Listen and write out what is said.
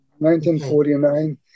1949